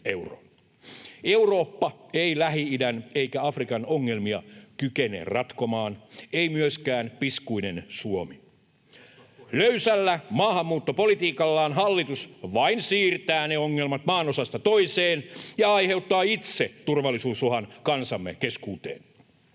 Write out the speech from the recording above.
Eurooppa ei Lähi-idän eikä Afrikan ongelmia kykene ratkomaan, ei myöskään piskuinen Suomi. Löysällä maahanmuuttopolitiikallaan hallitus vain siirtää ne ongelmat maanosasta toiseen ja aiheuttaa itse turvallisuusuhan kansamme keskuuteen.